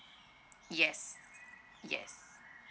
yes yes